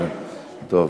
טוב.